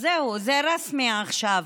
אז זהו, זה רשמי עכשיו.